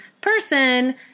person